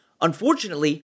Unfortunately